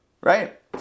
Right